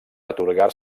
atorgar